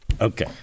Okay